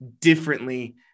differently